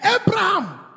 Abraham